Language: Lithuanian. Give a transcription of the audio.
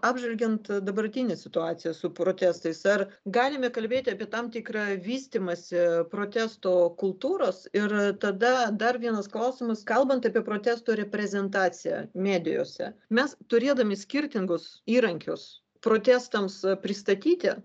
apžvelgiant dabartinę situaciją su protestais ar galime kalbėti apie tam tikrą vystymąsi protesto kultūros ir tada dar vienas klausimas kalbant apie protesto reprezentaciją medijose mes turėdami skirtingus įrankius protestams pristatyti